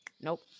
nope